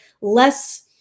less